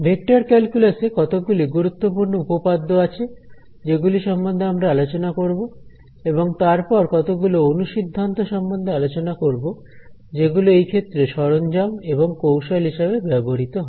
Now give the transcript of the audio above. vector calculus এ কতগুলি গুরুত্বপূর্ণ উপপাদ্য আছে যেগুলি সম্বন্ধে আমরা আলোচনা করব এবং তারপর কতগুলি অনুসিদ্ধান্ত সম্বন্ধে আলোচনা করব যেগুলি এই ক্ষেত্রে সরঞ্জাম এবং কৌশল হিসেবে ব্যবহৃত হয়